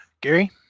Gary